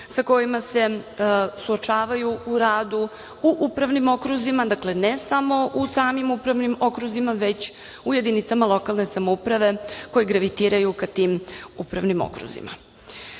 sa kojima se suočavaju u radu, u upravnim okruzima, dakle, ne samo u samim upravnim okruzima, već u jedinicama lokalne samouprave koji gravitiraju ka tim upravnim okruzima. Što